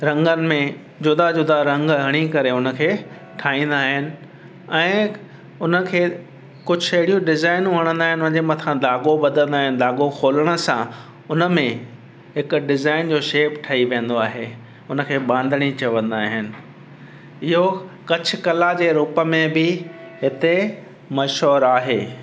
रंगनि में जुदा जुदा रंग हणी करे उनखे ठाहींदा आहिनि ऐं उनखे कुझु अहिड़ियूं डिज़ाइनूं हणंदा आहिनि उनजे मथां धाॻो ॿधंदा आहिनि धाॻो खोलण सां उनमें हिक डिज़ाइन जो शेप ठही वेंदो आहे उनखे बांधणी चवंदा आहिनि इहो कच्छ कला जे रूप में बि हिते मशहूरू आहे